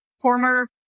former